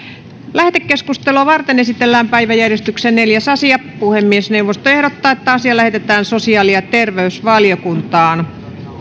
lähetekeskustelua varten esitellään päiväjärjestyksen neljäs asia puhemiesneuvosto ehdottaa että asia lähetetään sosiaali ja terveysvaliokuntaan